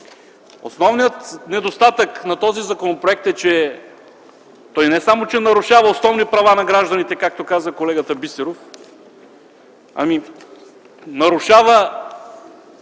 Основният недостатък на този законопроект е, че той не само че нарушава основни права на гражданите, както каза колегата Бисеров, ами нарушава